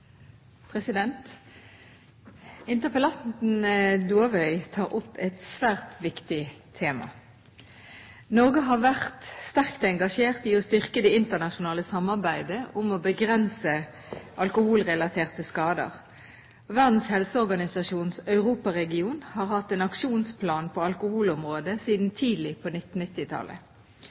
vært sterkt engasjert i å styrke det internasjonale samarbeidet om å begrense alkoholrelaterte skader. Verdens helseorganisasjons europaregion har hatt en aksjonsplan på alkoholområdet siden tidlig på